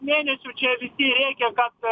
mėnesių čia visi rėkė kad